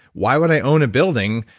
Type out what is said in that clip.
why would i own a building?